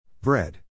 Bread